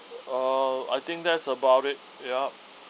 uh I think that's about it yup